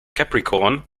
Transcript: capricorn